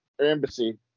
embassy